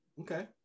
okay